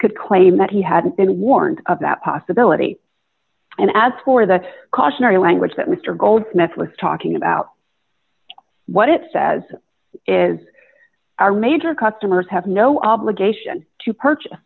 could claim that he had been warned of that possibility and as for the cautionary language that mr goldsmith was talking about what it says is our major customers have no obligation to purchase